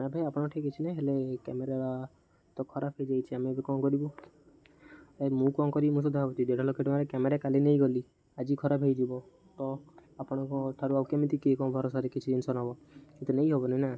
ନା ଭାଇ ଆପଣଙ୍କ ଠି କିଛି ନାଇଁ ହେଲେ କ୍ୟାମେରା ତ ଖରାପ ହେଇଯାଇଛି ଆମେ ଏବେ କ'ଣ କରିବୁ ଏ ମୁଁ କ'ଣ କରିବି ମୁଁ ତ ଦେ ଦେଢ଼ ଲକ୍ଷ ଟଙ୍କାରେ କ୍ୟାମେରା କାଲି ନେଇ ଗଲି ଆଜି ଖରାପ ହେଇଯିବ ତ ଆପଣଙ୍କଠାରୁ ଆଉ କେମିତି କିଏ କ'ଣ ଭରସାରେ କିଛି ଜିନିଷ ନବ କିଛି ତ ନେଇ ହବନି ନା